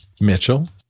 Mitchell